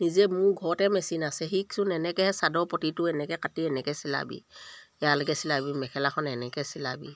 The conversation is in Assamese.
নিজে মোৰ ঘৰতে মেচিন আছে শিকচোন এনেকৈহে চাদৰ পতিটো এনেকৈ কাটি এনেকৈ চিলাবি ইয়ালৈকে চিলাবি মেখেলাখন এনেকৈ চিলাবি